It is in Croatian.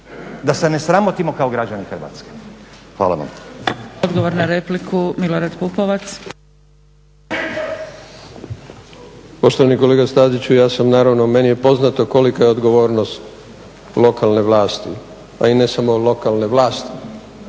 da se ne sramotimo kao građani Hrvatske. Hvala vam.